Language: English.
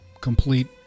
complete